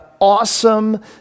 awesome